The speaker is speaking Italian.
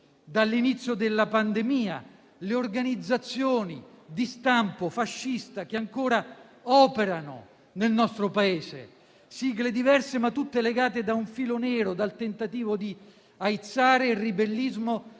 dall'inizio della pandemia, le organizzazioni di stampo fascista che ancora operano nel nostro Paese. Sigle diverse, ma tutte legate da un filo nero, dal tentativo di aizzare il ribellismo contro